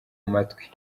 matwi